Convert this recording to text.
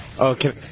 okay